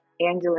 Angela